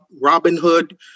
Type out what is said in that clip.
Robinhood